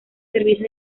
servirse